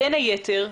בין היתר,